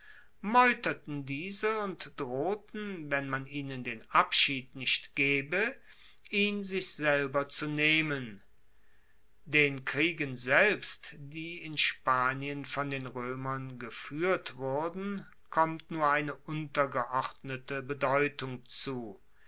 meuterten diese und drohten wenn man ihnen den abschied nicht gebe ihn sich selber zu nehmen den kriegen selbst die in spanien von den roemern gefuehrt wurden kommt nur eine untergeordnete bedeutung zu